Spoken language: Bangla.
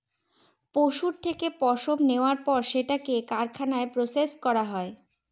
পশুর থেকে পশম নেওয়ার পর সেটাকে কারখানায় প্রসেস করা হয়